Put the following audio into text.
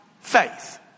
faith